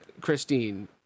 Christine